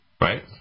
Right